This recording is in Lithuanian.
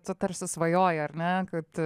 tu tarsi svajoji ar ne kad